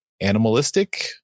animalistic